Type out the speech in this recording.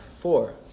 four